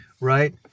Right